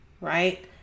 right